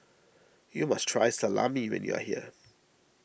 you must try Salami when you are here